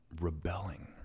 rebelling